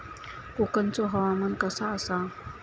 कोकनचो हवामान कसा आसा?